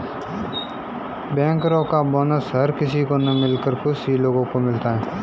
बैंकरो का बोनस हर किसी को न मिलकर कुछ ही लोगो को मिलता है